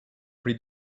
pre